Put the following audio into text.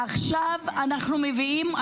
עכשיו אנחנו מביאים,